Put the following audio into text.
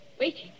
Waiting